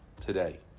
today